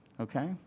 Okay